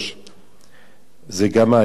זה גם האזור שארצות-הברית,